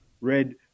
red